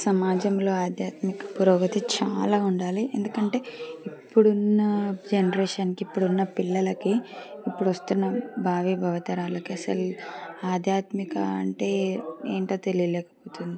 సమాజంలో ఆధ్యాత్మిక పురోగతి చాలా ఉండాలి ఎందుకంటే ఇప్పుడున్న జనరేషన్కి ఇప్పుడున్న పిల్లలకి ఇప్పుడు వస్తున్న భావి భావితరాలకి అసలు ఆధ్యాత్మికత అంటే ఏంటో తెలియలేకపోతుంది